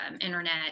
internet